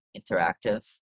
Interactive